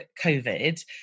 COVID